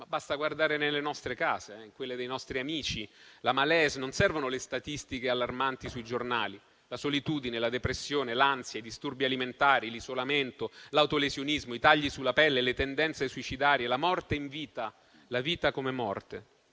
Basta guardare nelle nostre case, in quelle dei nostri amici, la *malaise*. Non servono le statistiche allarmanti sui giornali. La solitudine, la depressione, l'ansia, i disturbi alimentari, l'isolamento, l'autolesionismo, i tagli sulla pelle, le tendenze suicidarie, la morte in vita, la vita come morte.